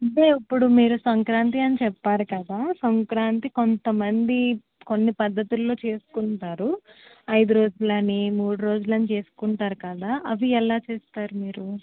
అంటే ఇప్పుడు మీరు సంక్రాంతి అని చెప్పారు కదా సంక్రాంతి కొంతమంది కొన్ని పద్ధతుల్లో చేసుకుంటారు అయిదు రోజులని మూడు రోజులని చేసుకుంటారు కదా అవి ఎలా చేస్తారు మీరు